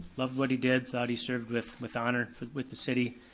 loved what he did, thought he served with with honor with the city,